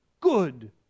good